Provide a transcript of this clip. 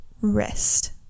rest